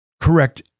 correct